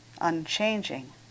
Unchanging